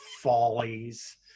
follies